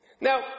Now